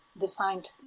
defined